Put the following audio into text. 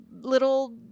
little